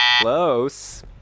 Close